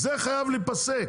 זה חייב להיפסק,